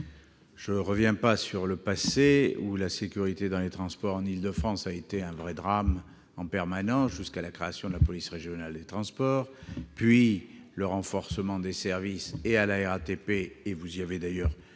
Je ne reviendrai pas sur le passé : la sécurité dans les transports en Île-de-France était un problème permanent jusqu'à la création de la police régionale des transports et le renforcement des services de la RATP- vous y avez d'ailleurs